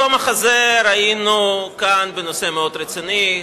אותו מחזה ראינו כאן בנושא מאוד רציני,